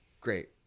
Great